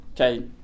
okay